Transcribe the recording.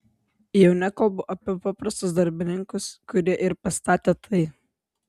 jau nekalbu apie paprastus darbininkus kurie ir pastatė tai